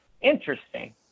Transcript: Interesting